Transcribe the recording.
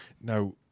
Now